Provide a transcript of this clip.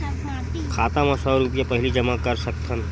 खाता मा सौ रुपिया पहिली जमा कर सकथन?